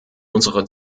unsere